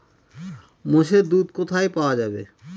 মোষের দুধ কোথায় পাওয়া যাবে?